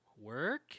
work